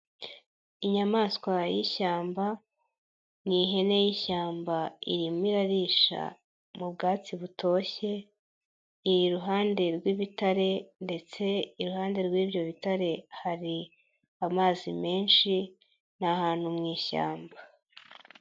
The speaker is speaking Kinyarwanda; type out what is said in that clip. Inyamaswa y'ishyamba ni ihene y'ishyamba irimo irarisha mu bwatsi butoshye iruhande rw'ibitare ndetse iruhande rw'ibyo bitare hari amazi menshi ni ahantu mu ishyamba.